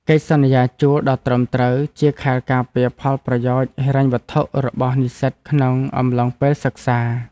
កិច្ចសន្យាជួលដ៏ត្រឹមត្រូវគឺជាខែលការពារផលប្រយោជន៍ហិរញ្ញវត្ថុរបស់និស្សិតក្នុងអំឡុងពេលសិក្សា។